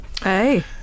Hey